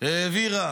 העבירה